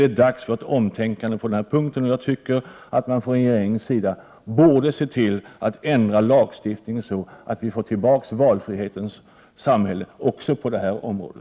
Det är dags för ett omtänkande på denna punkt. Jag tycker att regeringen borde se till att lagstiftningen ändras så, att vi åter får valfrihet i samhället också på detta område.